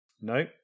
No